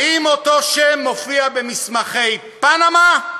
האם אותו שם מופיע במסמכי פנמה?